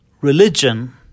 Religion